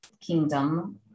Kingdom